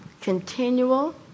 continual